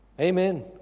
Amen